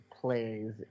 plays